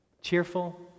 Cheerful